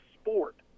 sport